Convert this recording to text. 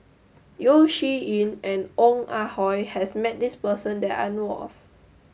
Yeo Shih Yun and Ong Ah Hoi has met this person that I know of